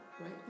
right